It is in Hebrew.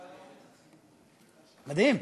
מדהים,